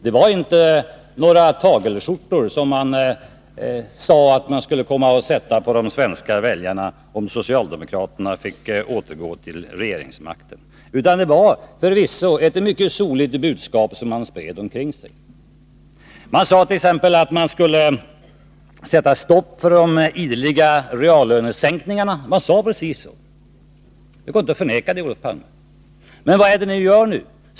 Man sade inte att det var några tagelskjortor som man skulle komma att sätta på de svenska väljarna om socialdemokraterna fick återkomma till regeringsmakten. Det var förvisso ett mycket soligt budskap man spred omkring sig. Man sadet.ex. att man skulle sätta stopp för de ideliga reallönesänkningarna. Precis så sade man — det går inte att förneka, Olof Palme. Men vad är det ni gör nu?